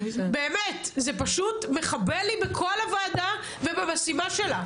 זה פשוט מחבל לי בכל הוועדה ובמשימה שלה.